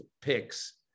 picks